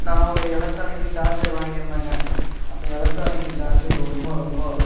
நான் ஒரு electronic charger வாங்கியிருந்தேங்க அந்த எலக்ட்ரானிக்கு சார்ஜர் ரொம்ப ரொம்ப